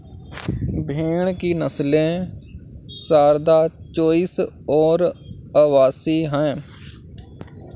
भेड़ की नस्लें सारदा, चोइस और अवासी हैं